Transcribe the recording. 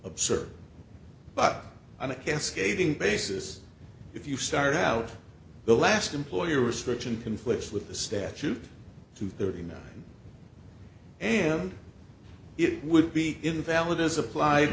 absurd but on a cascading basis if you start out the last employer restriction conflicts with the statute to thirty nine and it would be invalid as applied